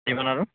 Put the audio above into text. ఏమన్నారు